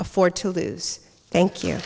afford to lose thank you